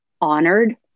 honored